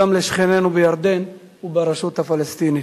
לשכנינו בירדן וברשות הפלסטינית.